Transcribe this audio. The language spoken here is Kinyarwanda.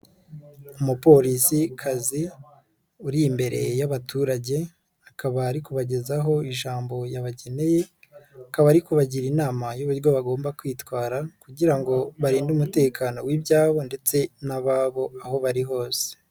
Umupolisikazi uri imbere y'abaturage akaba ari kubagezaho ijambo yabageneye, akaba ari kubagira inama y'uburyo bagomba kwitwara kugira ngo barinde umutekano w'ibyabo ndetse n'ababo aho bari hose.